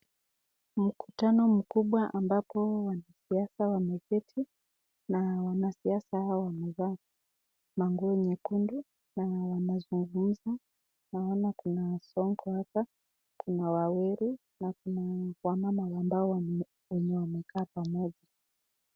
Mkutano mkubwa ambapo wanasiasa wameketi na wanasiasa hawa wamevaa manguo nyekundu na wanazungumza. Naona kuna Sonko hapa kuna Waweru na kuna mama ambao wenye wamekaa pamoja.